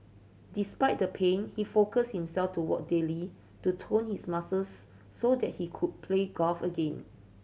despite the pain he focus himself to walk daily to tone his muscles so that he could play golf again